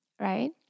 right